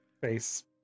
face